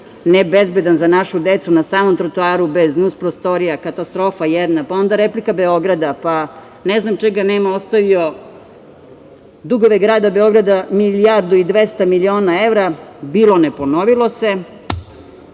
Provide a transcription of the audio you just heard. nebezbedan za našu decu na samom trotoaru bez nus prostorija, katastrofa jedna, pa onda replika Beograda, pa ne znam čega nema, ostavio dugove grada Beograda milijardu i 200 miliona evra. Bilo ne ponovilo